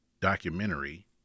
documentary